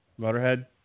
Motorhead